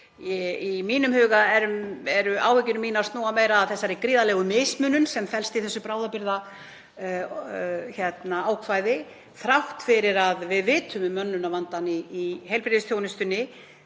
stórmerkilegt. Áhyggjur mínar snúa meira að þeirri gríðarlegu mismunun sem felst í þessu bráðabirgðaákvæði. Þrátt fyrir að við vitum um mönnunarvandann í heilbrigðisþjónustunni,